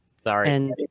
Sorry